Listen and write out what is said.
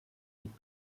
liegt